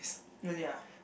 really ah